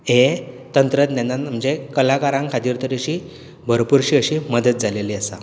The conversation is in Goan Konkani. हें तंत्रज्ञानान म्हणजे कलाकारांक खातीर तर अशी भरपुरशी अशी मदत जालेली आसा